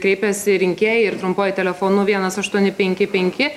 kreipėsi rinkėjai ir trumpuoju telefonu veinas aštuoni penki penki